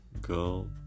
girl